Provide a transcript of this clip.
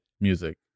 music